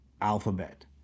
alphabet